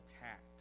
attacked